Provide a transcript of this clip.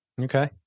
okay